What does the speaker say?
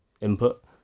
input